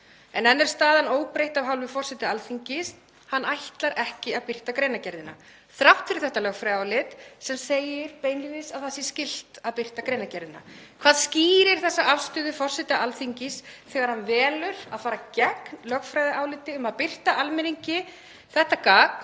En enn er staðan óbreytt af hálfu forseta Alþingis. Hann ætlar ekki að birta greinargerðina þrátt fyrir þetta lögfræðiálit sem segir beinlínis að það sé skylt að birta greinargerðina. Hvað skýrir þessa afstöðu forseta Alþingis þegar hann velur að fara gegn lögfræðiáliti um að birta almenningi þetta gagn,